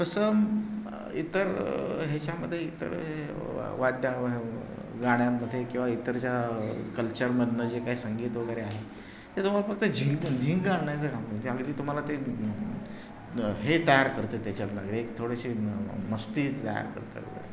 तसं इतर ह्याच्यामध्ये इतर वाद्या गाण्यांमध्ये किंवा इतर ज्या कल्चरमधून जे काही संगीत वगैरे आहे ते तुम्हाला फक्त झिंग झिंग आणण्याचं काम म्हणजे आम्ही ते तुम्हाला ते हे तयार करते त्याच्यातून एक थोडेशी मस्ती तयार करतं